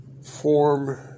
form